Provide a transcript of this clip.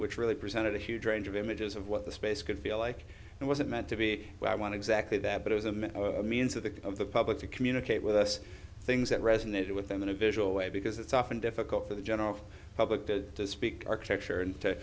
which really presented a huge range of images of what the space could feel like and wasn't meant to be where i want to exactly that but it was a means of the of the public to communicate with us things that resonated with them in a visual way because it's often difficult for the general public to speak architecture and